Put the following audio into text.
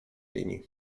linii